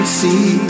see